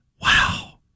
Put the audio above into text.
Wow